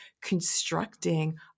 constructing